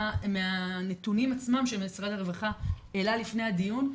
מהנתונים עצמם שמשרד הרווחה העלה לפני הדיון,